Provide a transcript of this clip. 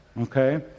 Okay